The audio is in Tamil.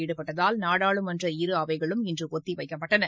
ஈடுபட்டதால் நாடாளுமன்றத்தின் இரு அவைகளும் இன்று ஒத்தி வைக்கப்பட்டன